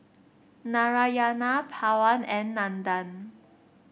Narayana Pawan and Nandan